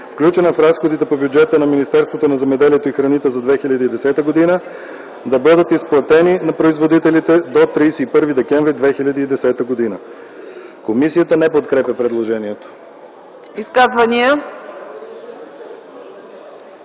включени в разходите по бюджета на Министерството на земеделието и храните за 2010 г., да бъдат изплатени на производителите до 31 декември 2010 г.” Комисията не подкрепя предложението.